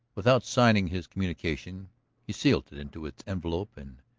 without signing his communication he sealed it into its envelope and,